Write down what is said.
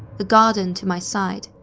the garden to my side,